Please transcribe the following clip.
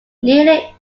nearly